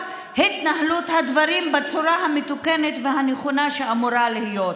התנהלות הדברים מהצורה המתוקנת והנכונה שאמורה להיות.